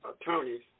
attorneys